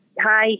hi